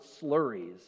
slurries